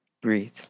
Breathe